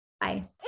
Bye